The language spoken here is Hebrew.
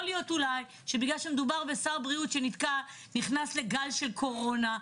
יכול להיות אולי שבגלל שמדובר בשר בריאות שנכנס לגל של קורונה,